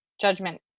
judgment